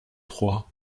trois